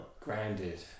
Grounded